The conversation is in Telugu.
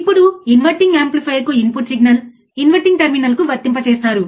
మరియు మనము 1 వోల్ట్ పిక్ టు పిక్ చదరపు తరంగాన్ని వర్తించవచ్చు